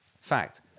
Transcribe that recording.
Fact